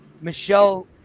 Michelle